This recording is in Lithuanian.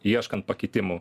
ieškant pakitimų